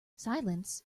silence